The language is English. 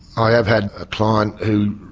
i have had a client who